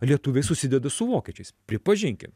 lietuviai susideda su vokiečiais pripažinkim